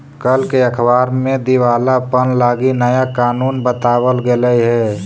कल के अखबार में दिवालापन लागी नया कानून बताबल गेलई हे